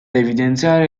evidenziare